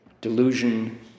delusion